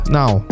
now